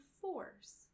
force